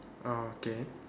orh okay